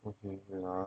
okay wait ah